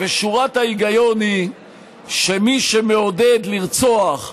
ושורת ההיגיון היא שמי שמעודד לרצוח,